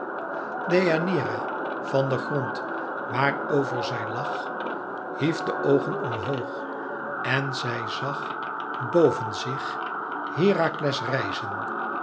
deianeira van den grond waar over zij lag hief de oogen hoog en zij zag boven zich herakles rijzen